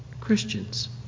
Christians